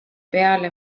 peale